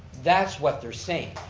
that's what they're saying.